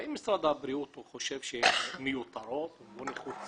האם משרד הבריאות חושב שהן מיותרות או לא נחוצות,